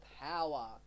power